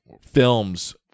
films